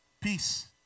Peace